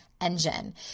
Engine